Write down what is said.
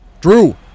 Drew